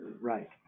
Right